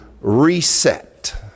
reset